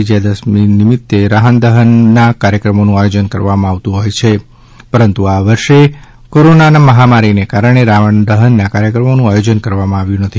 વિજયા દશમી નિમિત્ત રાવણ દહનના કાર્યક્રમોનું આયોજન કરવામાં આવતું હોય છે પરંતુ આ વર્ષે કોરોના મહામારી કારણે રાવણ દહનના કાર્યક્રમોનું આયોજન કરવામાં આવ્યું નથી